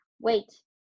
wait